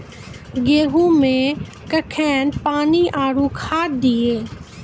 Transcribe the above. गेहूँ मे कखेन पानी आरु खाद दिये?